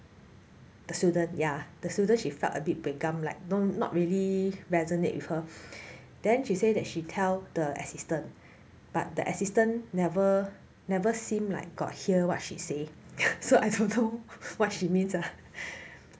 the student ya the student she felt a bit buay gam like no not really resonate with her then she say that she tell the assistant but the assistant never never seem like got hear what she say so I don't know what she means ah